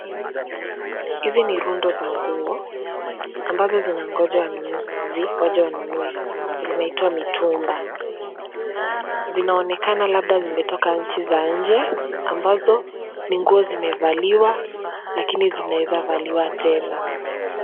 Hizi ni rundo za nguo ambazo zinangoja wanunuzi waje wanunue. Zinaitwa mitumba. Zinaonekana labda zimetoka nchi za nje ambazo ni nguo zimevaliwa lakini zinaweza valiwa tena.